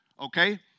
okay